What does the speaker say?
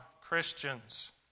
Christians